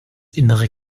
innere